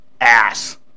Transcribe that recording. ass